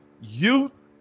youth